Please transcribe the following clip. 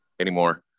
anymore